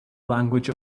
language